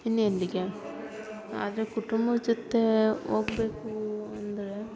ಇನ್ನೆಲ್ಲಿಗೆ ಆದರೆ ಕುಟುಂಬದ್ ಜೊತೆ ಹೋಗ್ಬೇಕು ಅಂದರೆ